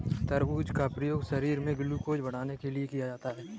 तरबूज का प्रयोग शरीर में ग्लूकोज़ को बढ़ाने के लिए किया जाता है